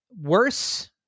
worse